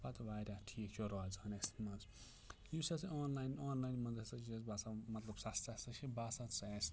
پَتہٕ واریاہ ٹھیٖک چھُ روزان اسہِ منٛز یُس ہَسا آنلاین آنلاین منٛز ہَسا چھُ اسہِ باسان مطلب سَستہٕ ہَسا چھُ باسان سُہ آسہِ